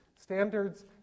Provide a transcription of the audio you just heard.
Standards